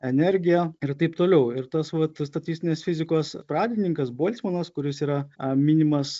energija ir taip toliau ir tas vat statistinės fizikos pradininkas bolcmanas kuris yra a minimas